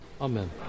amen